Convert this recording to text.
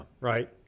Right